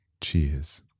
Cheers